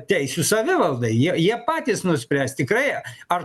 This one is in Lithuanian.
teisių savivaldai jie jie patys nuspręs tikrai ar